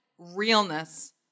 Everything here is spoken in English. realness